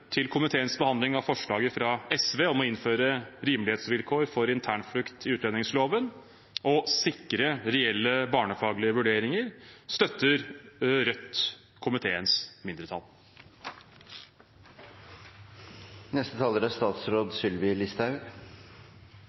komiteens behandling av representantforslaget fra SV om å «innføre rimelighetsvilkår for internflukt i utlendingsloven, sikre reelle barnefaglige vurderinger mv.», støtter Rødt komiteens mindretall. Jeg er